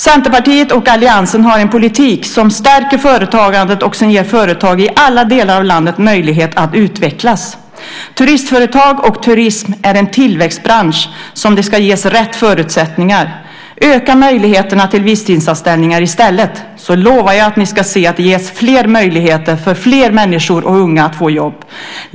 Centerpartiet och alliansen har en politik som stärker företagandet och som ger företag i alla delar av landet möjlighet att utvecklas. Turistföretag och turism är en tillväxtbransch som ska ges rätt förutsättningar. Öka möjligheten till visstidsanställningar i stället så lovar jag att ni kommer att se att det ger fler möjligheter för fler unga människor att få jobb.